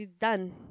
done